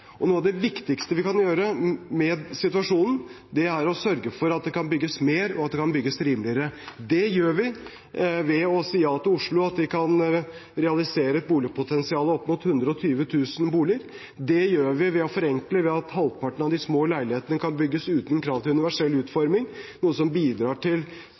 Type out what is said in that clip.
det. Noe av det viktigste vi kan gjøre med situasjonen, er å sørge for at det kan bygges mer, og at det kan bygges rimeligere. Det gjør vi ved å si ja til Oslo, at de kan realisere et boligpotensial opp mot 120 000 boliger. Det gjør vi ved å forenkle, ved at halvparten av de små leilighetene kan bygges uten krav til universell utforming, noe som bidrar til